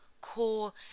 cool